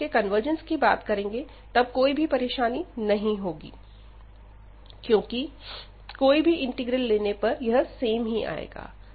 जब हम इनके कन्वर्जेंस की बात करेंगे तब कोई भी परेशानी नहीं होगी क्योंकि कोई भी इंटीग्रल लेने पर यह सेम ही आएगा